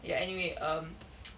ya anyway um